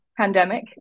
pandemic